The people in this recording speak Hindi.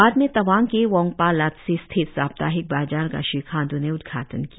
बाद में तवांग के वोंगपा लाटसे स्थित साप्ताहिक बाजार का श्री खांडू ने उद्घाटन किया